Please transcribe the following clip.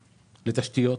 לתשתיות,